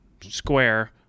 square